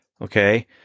Okay